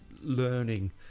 learning